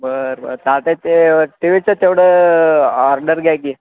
बरं बरं चालतं आहे ते टी वीचं तेवढं ऑर्डर घ्या की